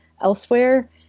elsewhere